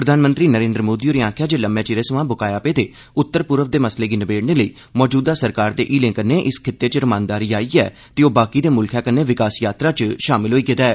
प्रधानमंत्री नरेंद्र मोदी होरें आक्खेआ जे लम्में चिरै सवां बकाया पेदे उत्तर पूर्व दे मसले गी निबेड़ने लेइ मौजूदा सरकार दे हीलें कन्नै इस खित्ते च शांति आई ऐ ते ओ बाकि दे मुल्खें कन्नै विकास यात्रा च शामल होई गेदा ऐ